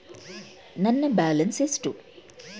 ನನ್ನ ಬ್ಯಾಲೆನ್ಸ್ ಎಷ್ಟು?